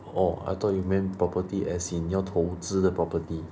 orh I thought you mean property as in 要投资的 property